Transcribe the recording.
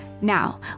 Now